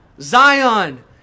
Zion